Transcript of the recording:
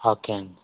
okay అండి